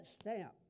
stamp